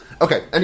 Okay